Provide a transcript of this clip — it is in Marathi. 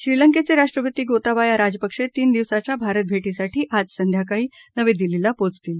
श्रीलंकेचे राष्ट्रपती गोताबाया राजपक्षे तीन दिवसांच्या भारत भेटीसाठी आज संध्याकाळी नवी दिल्लीला पोचतील